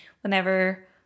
whenever